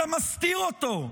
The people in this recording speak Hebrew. אתה מסתיר אותו.